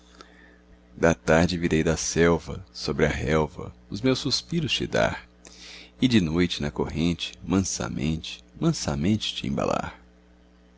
da tarde virei da selva sobre a relva os meus suspiros te dar e de noite na corrente mansamente mansamente te embalar